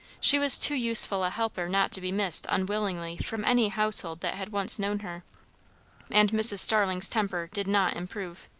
she was too useful a helper not to be missed unwillingly from any household that had once known her and mrs. starling's temper did not improve.